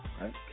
Right